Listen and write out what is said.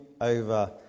over